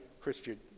Christian